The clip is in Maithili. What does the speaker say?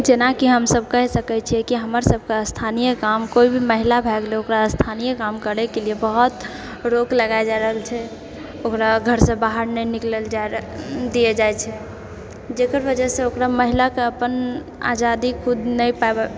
जेनाकि हमसभ कहि सकै छियै कि हमर सभकऽ स्थानीय काम कोइ भी महिला भै गेलै ओकरा स्थानीय काम करैके लिए बहुत रोक लगाएल जा रहल छै ओकरा घरसँ बाहर नहि निकलल जाइ दिअऽ जाइ छै जेकर वजहसँ ओकरा महिला कऽ अपन आजादी खुद नहि पाबि